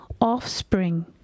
offspring